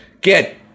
get